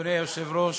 אדוני היושב-ראש,